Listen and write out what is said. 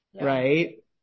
right